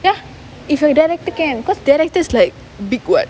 ya if you're a director can because directors like big [what]